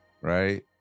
right